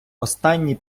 останній